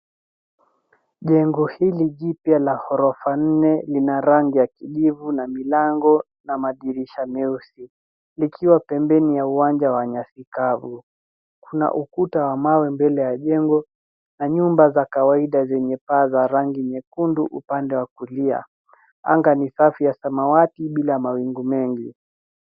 Jengo hli jipywa lenye ghorofa nne lina rangi ya kijivu na milango na madirisha meusi likiwa pembeni ya uwanja wa nyasikavu. Kuna ukuta wa mawe mbele ya jengo na nyumba za kawaida zenye paa za rangi nyekundu upande wa kulia. Anga ni safi ya samawati bila mawingu mengi.